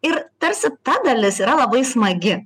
ir tarsi ta dalis yra labai smagi